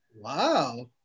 Wow